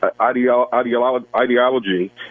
ideology